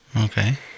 okay